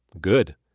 Good